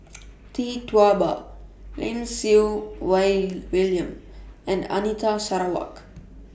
Tee Tua Ba Lim Siew Wai William and Anita Sarawak